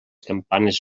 campanes